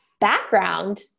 background